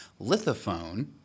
lithophone